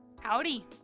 Howdy